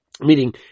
Meaning